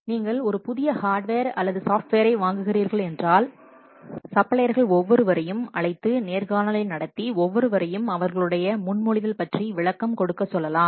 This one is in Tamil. நீங்கள் ஒரு புதிய ஹார்டுவேர் அல்லது ஒரு சாஃப்ட்வேரை வாங்குகிறீர்களானால் சப்ளையர்கள் ஒவ்வொருவரையும் அழைத்து நேர்காணலை நடத்தி ஒவ்வொருவரையும் அவர்களுடைய முன்மொழிதல் பற்றி விளக்கம் கொடுக்க சொல்லலாம்